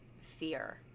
fear